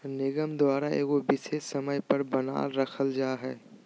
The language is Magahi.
निगम द्वारा एगो विशेष समय पर बनाल रखल जा हइ